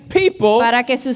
people